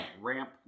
ramp